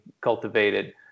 cultivated